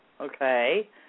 okay